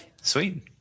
sweet